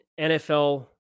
NFL